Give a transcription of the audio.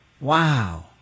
Wow